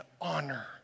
honor